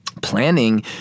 planning